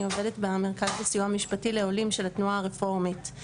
אני עובדת במרכז לסיוע משפטי לעולים של התנועה הרפורמית.